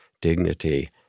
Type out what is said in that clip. dignity